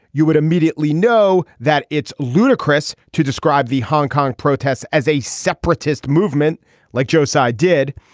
you would immediately know that it's ludicrous to describe the hong kong protests as a separatist movement like josiah did.